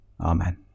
Amen